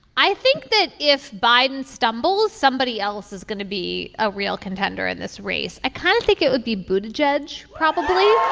i think that if biden stumbles somebody else is going to be a real contender in this race. i kind of think it would be but judge probably